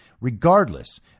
Regardless